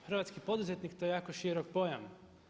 Hrvatski poduzetni, to je jako širok pojam.